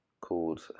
called